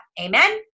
amen